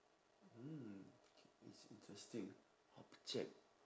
mm this is interesting object